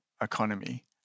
economy